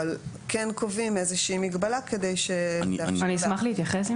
כן קובעים איזושהי מגבלה כדי --- אני אשמח להתייחס אם